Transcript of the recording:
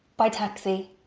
by taxi!